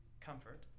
comfort